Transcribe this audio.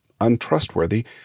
untrustworthy